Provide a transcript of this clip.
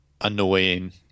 annoying